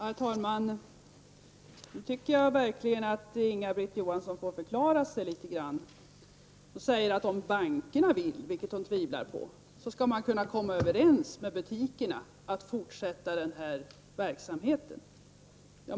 Herr talman! Nu tycker jag verkligen att Inga-Britt Johansson får förklara sig litet. Hon säger att om bankerna vill, vilket hon tvivlar på, så skall man kunna komma överens med butikerna om att fortsätta den här verksamheten.